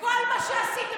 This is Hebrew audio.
כל מה שעשיתם,